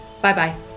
bye-bye